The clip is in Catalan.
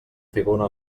figura